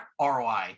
ROI